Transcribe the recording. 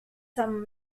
some